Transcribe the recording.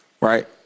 right